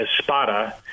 Espada